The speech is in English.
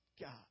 God